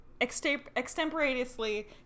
extemporaneously